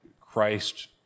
Christ